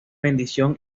bendición